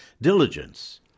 diligence